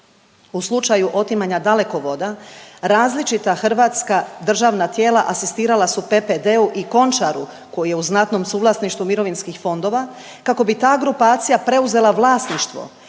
U slučaju otimanja Dalekovoda različita hrvatska državna tijela asistirala su PPD-u i Končaru koji je u znatnom suvlasništvu mirovinskih fondova kako bi ta grupacija preuzela vlasništvo